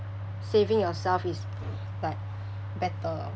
saving yourself is like better